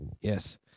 Yes